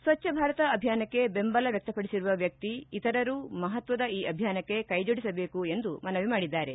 ಸ್ವಜ್ಞ ಭಾರತ ಅಭಿಯಾನಕ್ಕೆ ಬೆಂಬಲ ವ್ಯಕ್ತಪಡಿಸಿರುವ ವ್ಯಕ್ತಿ ಇತರರೂ ಮಹತ್ವದ ಈ ಅಭಿಯಾನಕ್ಕೆ ಕ್ಸೆಜೊಡಿಸಬೇಕೆಂದು ಮನವಿ ಮಾಡಿದ್ದಾರೆ